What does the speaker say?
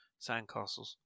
sandcastles